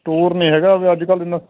store ਨਹੀਂ ਹੈਗਾ ਅੱਜ ਕੱਲ੍ਹ ਨਾ